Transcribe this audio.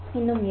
இன்னும் இல்லை